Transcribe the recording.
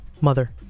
Mother